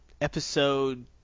episode